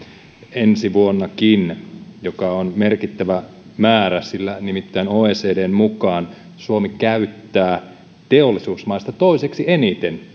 ensi vuonnakin joka on merkittävä määrä nimittäin oecdn mukaan suomi käyttää teollisuusmaista toiseksi eniten